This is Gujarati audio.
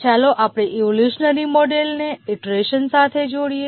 ચાલો આપણે ઈવોલ્યુશનરી મોડેલને ઇટરેશન સાથે જોઈએ